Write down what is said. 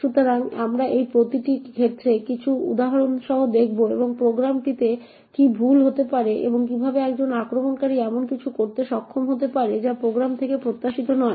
সুতরাং আমরা এই প্রতিটি ক্ষেত্রে কিছু উদাহরণ সহ দেখব এবং প্রোগ্রামটিতে কী ভুল হতে পারে এবং কীভাবে একজন আক্রমণকারী এমন কিছু করতে সক্ষম হতে পারে যা প্রোগ্রাম থেকে প্রত্যাশিত নয়